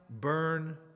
burn